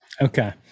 Okay